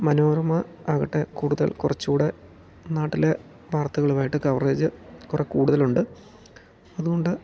മനോരമ ആകട്ടെ കൂടുതൽ കുറച്ചു കൂടെ നാട്ടിലെ വാർത്തകളുമായിട്ട് കവറേജ് കുറേ കൂടുതൽ ഉണ്ട് അതുകൊണ്ട്